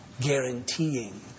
guaranteeing